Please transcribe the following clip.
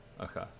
okay